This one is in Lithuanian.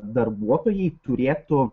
darbuotojai turėtų